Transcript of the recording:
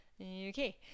Okay